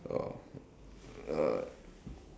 uh uh